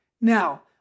Now